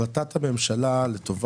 שלום לכולם.